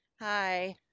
Hi